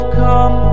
come